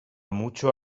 mucho